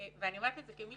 כמי